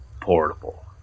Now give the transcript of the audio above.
portable